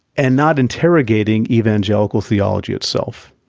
and not interrogating evangelical theology itself.